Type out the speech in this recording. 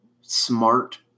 smart